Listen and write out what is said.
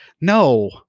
no